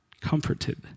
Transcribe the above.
Comforted